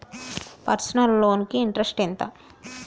Personal loan కి interest ఎంత?